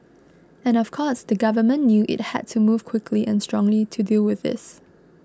and of course the government knew it had to move quickly and strongly to deal with this